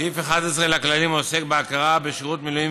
סעיף 11 לכללים עוסק בהכרה בשירות מילואים